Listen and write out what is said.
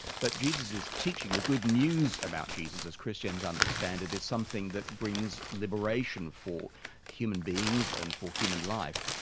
but jesus's teaching, the good news about jesus as christians understand it, is something that brings liberation for human beings and for human life.